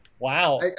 Wow